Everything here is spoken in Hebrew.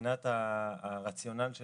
מבחינת הרציונל,